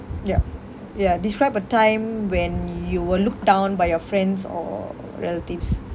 yup ya describe a time when you were looked down by your friends or relatives